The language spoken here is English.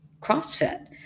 CrossFit